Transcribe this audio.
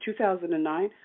2009